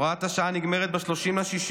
הוראת השעה נגמרת ב-30 ביוני,